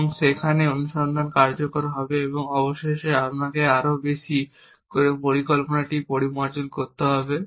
এবং সেখানেই অনুসন্ধানটি কার্যকর হবে। এবং অবশেষে আমাকে আরও বেশি করে পরিকল্পনাটি পরিমার্জন করতে হবে